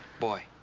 boy.